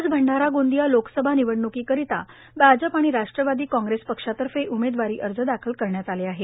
आज भंडारा गोंदिया लोकसभा निवडण्की करिता भाजपा आणि राष्ट्रवादी कांग्रेस पक्षा तर्फे उमेदवारी अर्ज दाखल करण्यात आले आहे